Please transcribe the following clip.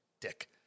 dick